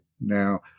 now